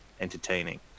entertaining